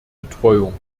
betreuung